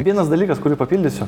vienas dalykas kurį papildysiu